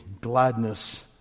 gladness